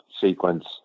sequence